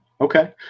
okay